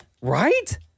Right